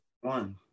One